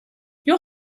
your